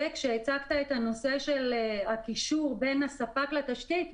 כשדיברת על הנושא של הקישור בין הספק לתשתית,